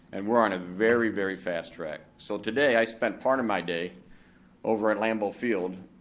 and we're on a very, very fast track. so today, i spent part of my day over at lambeau field,